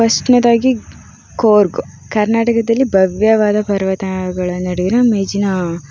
ಫಸ್ಟ್ನೆಯದಾಗಿ ಕೂರ್ಗ್ ಕರ್ನಾಟಕದಲ್ಲಿ ಭವ್ಯವಾದ ಪರ್ವತಗಳ ನಡುವಿನ ಮೇಜಿನ